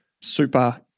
super